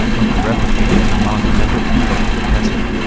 of replicating the monumental feat of prof.